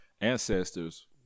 Ancestors